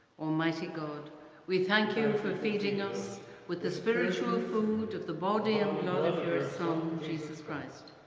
almighty god we thank you for feeding us with the spiritual food of the body and blood of your son jesus christ.